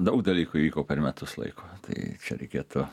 daug dalykų įvyko per metus laiko tai čia reikėtų